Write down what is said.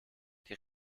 die